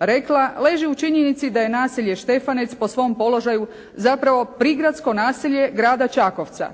rekla, leži u činjenici da je naselje Štefanec po svom položaju zapravo prigradsko naselje grada Čakovca.